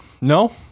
No